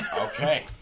Okay